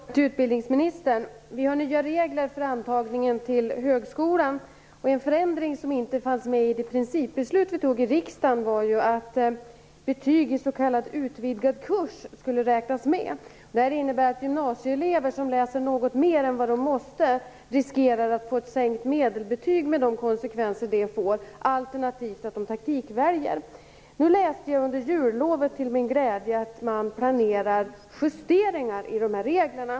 Fru talman! Jag har en fråga till utbildningsministern. Vi har nya regler för antagningen till högskolan. En förändring som inte fanns med i det principbeslut vi fattade i riksdagen var ju att betyg i s.k. utvidgad kurs skulle räknas med. Det innebär gymnasieelever som läser något mer än de måste, riskerar att få ett sänkt medelbetyg med de konsekvenser det får. Alternativt finns risken att de taktikväljer. Nu läste jag under jullovet till min glädje att man planerar justeringar av de här reglerna.